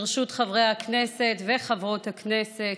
ברשות חברי הכנסת וחברות הכנסת,